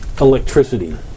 Electricity